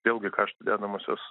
vėlgi kaštų dedamosios